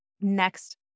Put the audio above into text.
next